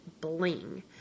bling